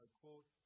quote